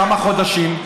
כמה חודשים.